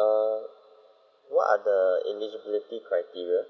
err what are the eligibility criteria